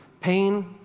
pain